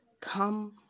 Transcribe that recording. Come